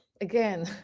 Again